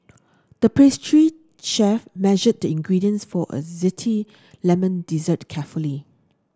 the pastry chef measured the ingredients for a zesty lemon dessert carefully